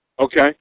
okay